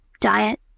diet